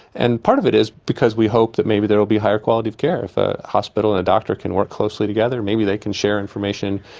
and part of it is because we hope that maybe there will be higher quality of care if a hospital and a doctor can work closely together maybe they can share information,